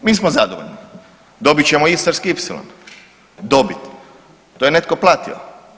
Mi smo zadovoljni, dobit ćemo Istarski ipsilon, dobit, to je netko platio.